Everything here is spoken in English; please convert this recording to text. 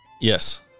Yes